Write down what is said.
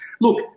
Look